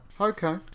okay